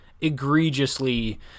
egregiously –